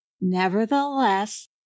Nevertheless